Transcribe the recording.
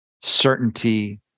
certainty